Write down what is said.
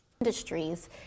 Industries